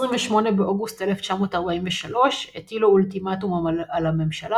28 באוגוסט 1943 הטילו אולטימטום על הממשלה,